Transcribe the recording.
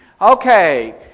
Okay